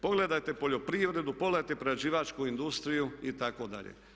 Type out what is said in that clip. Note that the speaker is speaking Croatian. Pogledajte poljoprivredu, pogledajte prerađivačku industriju itd.